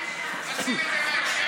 באיזה הקשר,